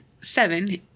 seven